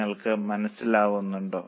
നിങ്ങൾക്ക് മനസ്സിലാകുന്നുണ്ടോ